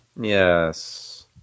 Yes